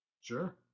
sure